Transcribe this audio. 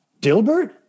Dilbert